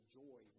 joy